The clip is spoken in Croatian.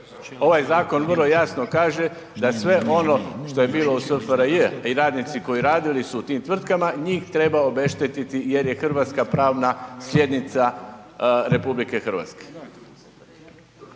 Ovaj zakon vrlo jasno kaže da se ono što je bilo u SFRJ i radnici koji radili su u tim tvrtkama njih treba obeštetiti jer je Hrvatska pravna slijednica Republike Hrvatske.